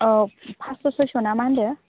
अ पास्स' सयस'ना मा होन्दो